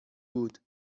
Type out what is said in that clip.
بود